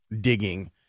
digging